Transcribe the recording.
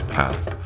Path